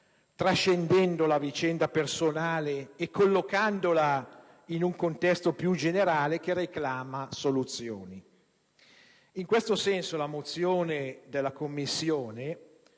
trascendendo la vicenda personale e collocandola in un contesto più generale che reclama soluzioni. In questo senso, la mozione della Commissione